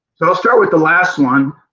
so start with the last one,